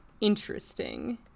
interesting